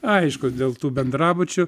aišku dėl tų bendrabučių